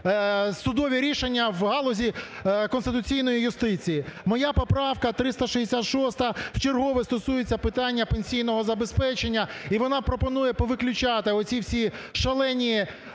судові рішення в галузі конституційної юстиції. Моя поправка 366-а вчергове стосується питання пенсійного забезпечення, і вона пропонує повиключати оці всі шалені